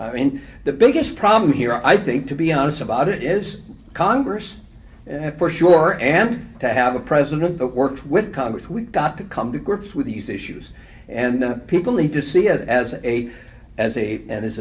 and the biggest problem here i think to be honest about it is congress for sure and to have a president that works with congress we've got to come to grips with these issues and people need to see it as a as a and as